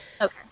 Okay